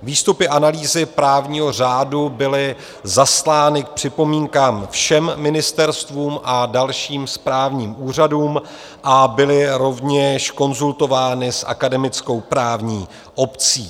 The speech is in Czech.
Výstupy analýzy právního řádu byly zaslány k připomínkám všem ministerstvům a dalším správním úřadům a byly rovněž konzultovány s akademickou právní obcí.